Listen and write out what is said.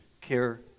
care